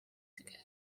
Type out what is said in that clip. together